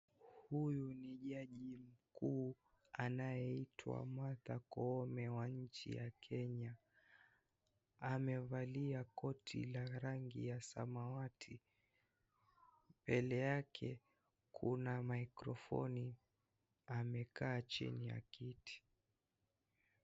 Huyu ni jaji mkuu anayeitwa Martha Koome wa nchi ya kenya amevalia koti la rangi ya samawati, mbele yake kuna mikrofoni, amekaa chini ya kiti.